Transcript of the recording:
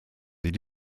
sieh